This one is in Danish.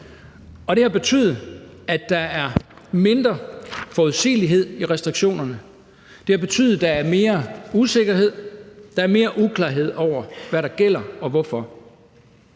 Det har betydet, at der er mindre forudsigelighed i restriktionerne. Det har betydet, at der er mere usikkerhed og mere uklarhed over, hvad der gælder, og hvorfor.